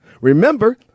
Remember